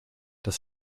das